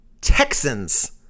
Texans